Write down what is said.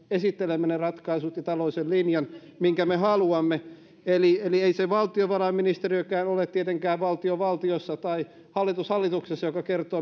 esittelemme ne ratkaisut ja sen taloudellisen linjan mitkä me haluamme eli eli ei se valtiovarainministeriökään ole tietenkään valtio valtiossa tai hallitus hallituksessa joka kertoo